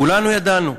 כולנו ידענו.